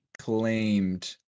claimed